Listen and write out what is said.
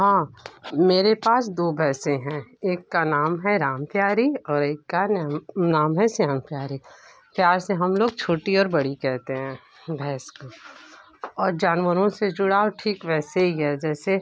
हाँ मेरे पास दो भैंसे हैं एक का नाम है राम प्यारी और एक का नाम है श्याम प्यारी प्यार से हम लोग छोटी और बड़ी कहते हैं भैंस को और जानवरों से जुड़ाव ठीक वैसे ही है जैसे